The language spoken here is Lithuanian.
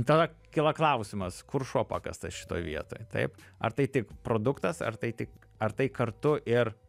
tada kyla klausimas kur šuo pakastas šitoj vietoj taip ar tai tik produktas ar tai tik ar tai kartu ir